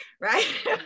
right